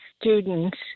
students